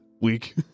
week